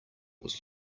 was